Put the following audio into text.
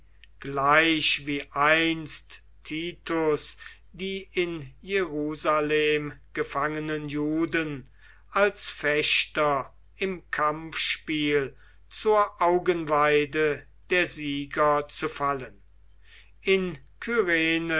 gleich wie einst titus die in jerusalem gefangenen juden als fechter im kampfspiel zur augenweide der sieger zu fallen in